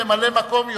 ממלא-מקום,